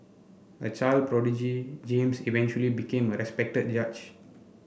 a child prodigy James eventually became a respected judge